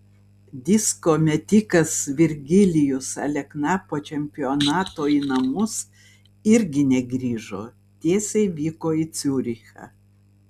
disko metikas virgilijus alekna po čempionato į namus irgi negrįžo tiesiai vyko į ciurichą